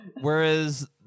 whereas